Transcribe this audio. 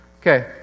Okay